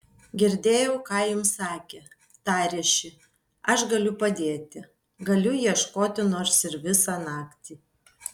girdėjau ką jums sakė tarė ši aš galiu padėti galiu ieškoti nors ir visą naktį